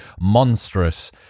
monstrous